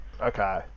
Okay